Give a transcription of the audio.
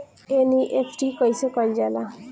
NEFT कइसे कइल जाला?